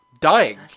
dying